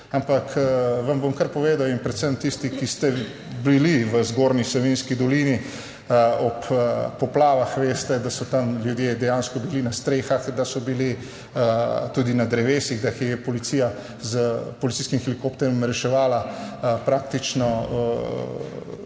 Ampak vam bom kar povedal in predvsem tisti, ki ste bili v Zgornji Savinjski dolini ob poplavah, veste, da so tam ljudje dejansko bili na strehah, da so bili tudi na drevesih, da jih je policija s policijskim helikopterjem reševala praktično res